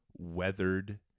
weathered